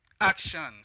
actions